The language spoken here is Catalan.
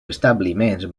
establiments